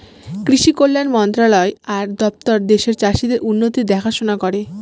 কৃষি কল্যাণ মন্ত্রণালয় আর দপ্তর দেশের চাষীদের উন্নতির দেখাশোনা করে